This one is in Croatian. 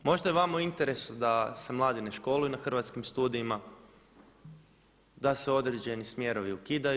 Možda je vama u interesu da se mladi ne školuju na Hrvatskim studijima, da se određeni smjerovi ukidaju.